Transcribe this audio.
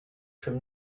from